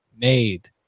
made